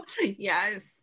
Yes